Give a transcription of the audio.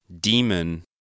Demon